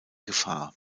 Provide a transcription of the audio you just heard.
gefahr